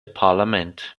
parlament